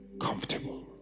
comfortable